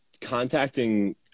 contacting